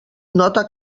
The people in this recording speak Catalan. nota